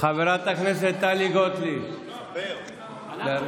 חברת הכנסת טלי גוטליב, להרגיע.